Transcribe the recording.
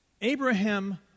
Abraham